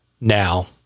Now